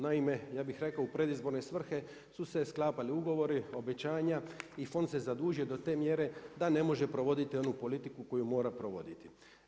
Naime, ja bih rekao u predizborne svrhe su se sklapali ugovori, obećanja i fond se zadužio do te mjere da ne može provoditi onu politiku koju mora provoditi.